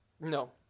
No